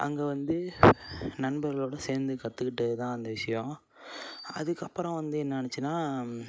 அங்கே வந்து நண்பர்களோட சேர்ந்து கற்றுக்கிட்டது தான் அந்த விஷியம் அதுக்கப்பறம் வந்து என்னானுச்சினால்